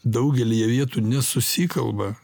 daugelyje vietų nesusikalba